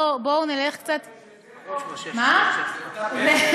זה אותה פ"א של ברקו?